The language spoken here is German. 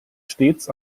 stets